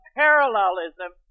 parallelism